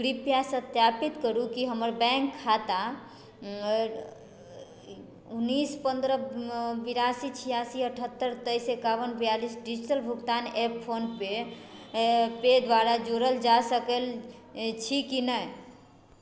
कृपया सत्यापित करु कि हमर बैंक खाता उन्नैस पन्द्रह बिरासी छिआसी अठहत्तर तेइस एकाओन बिआलीस डिजिटल भुगतान ऐप फोनपे पे द्वारा जोड़ल जा सकल छी कि नहि